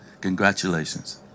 Congratulations